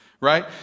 right